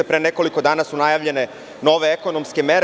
Pre nekoliko dana su najavljene nove ekonomske mere.